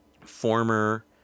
former